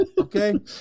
Okay